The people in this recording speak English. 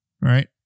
right